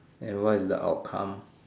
and what is the outcome